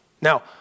Now